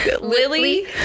lily